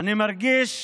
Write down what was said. אני מרגיש